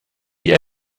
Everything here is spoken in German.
die